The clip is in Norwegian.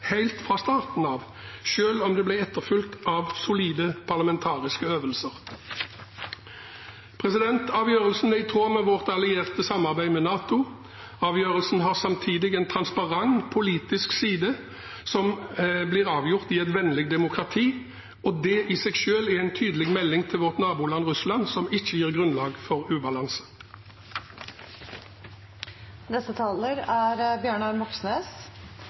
helt fra starten av, selv om den ble etterfulgt av solide parlamentariske øvelser. Avgjørelsen er i tråd med vårt allierte samarbeid med NATO. Avgjørelsen har samtidig en transparent politisk side som blir avgjort i et vennlig demokrati, og det i seg selv gir en tydelig melding til vårt naboland Russland, noe som ikke gir grunnlag for